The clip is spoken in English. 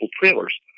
trailers